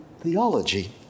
theology